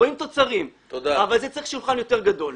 רואים תוצרים אבל צריך שולחן יותר גדול.